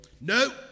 No